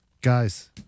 guys